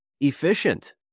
efficient